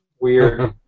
weird